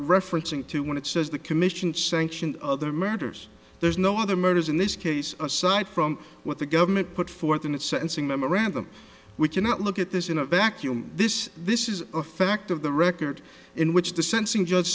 referencing to when it says the commission sanctioned other murders there's no other murders in this case aside from what the government put forth in its sensing memorandum we cannot look at this in a vacuum this this is a fact of the record in which the sensing judge